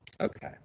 Okay